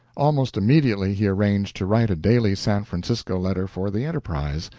almost immediately he arranged to write a daily san francisco letter for the enterprise,